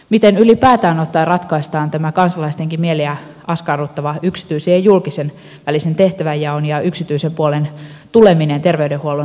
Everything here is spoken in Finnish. miten ylipäätään ottaen ratkaistaan tämä kansalaistenkin mieliä askarruttava yksityisen ja julkisen välinen tehtävänjako ja yksityisen puolen tuleminen terveydenhuollon sektorille